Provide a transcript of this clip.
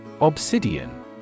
Obsidian